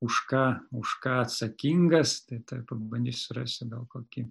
už ką už ką atsakingas taip pabandysiu surasti gal kokį